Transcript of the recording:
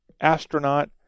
astronaut